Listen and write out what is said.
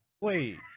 wait